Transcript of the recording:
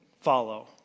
follow